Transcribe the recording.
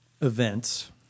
events